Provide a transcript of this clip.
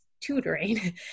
tutoring